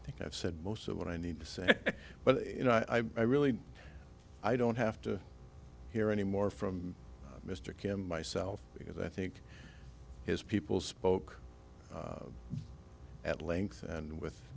i think i've said most of what i need to say but you know i really i don't have to hear any more from mr kim myself because i think his people spoke at length and with